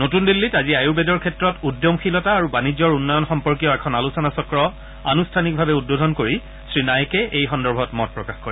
নতুন দিল্লীত আজি আয়ুৰ্বেদৰ ক্ষেত্ৰত উদ্যমশীলতা আৰু বাণিজ্যৰ উন্নয়ন সম্পৰ্কীয় এখন আলোচনা চক্ৰ আনুষ্ঠানিকভাৱে উদ্বোধন কৰি শ্ৰীনাইকে এই সন্দৰ্ভত মত প্ৰকাশ কৰে